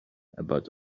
about